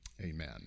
Amen